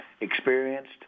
experienced